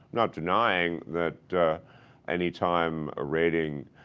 not denying that any time a rating,